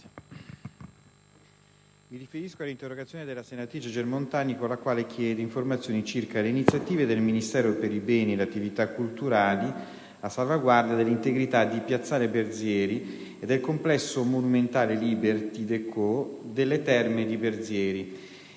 mi riferisco all'interrogazione della senatrice Germontani con la quale la stessa chiede informazioni circa le iniziative del Ministero per i beni e le attività culturali a salvaguardia dell'integrità di piazzale Berzieri e del complesso monumentale liberty-déco delle Terme Berzieri,